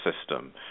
system